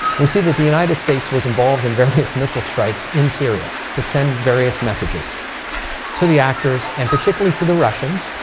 we see that the united united states was involved in various missile strikes in syria. to send various messages to the actors and particularly to the russians.